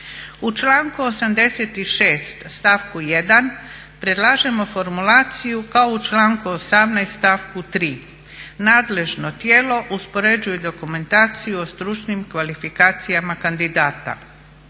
U članku 86. stavku 1. predlažemo formulaciju kao u članku 18. stavku 3. nadležno tijelo uspoređuje dokumentaciju o stručnim kvalifikacijama kandidata.